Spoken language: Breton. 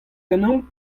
ganeomp